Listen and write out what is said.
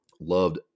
loved